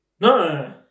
no